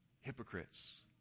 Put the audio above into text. hypocrites